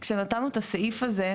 את הסעיף הזה,